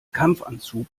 kampfanzug